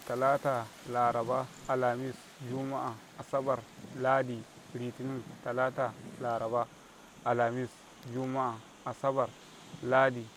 talata labara' alamis' juma'a asabar' la ɗ i' litinin' talata' laraba ' alamis' juma'a asabar'